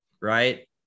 Right